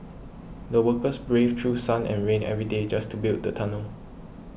the workers braved through sun and rain every day just to build the tunnel